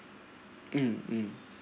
mm mm